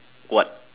what